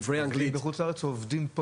דוברי האנגלית --- עובדים בחוץ לארץ או עובדים פה?